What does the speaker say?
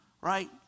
right